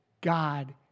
God